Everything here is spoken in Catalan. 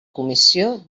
comissió